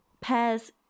Pears